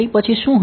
પછી શું હશે